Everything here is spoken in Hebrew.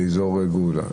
באזור גאולה.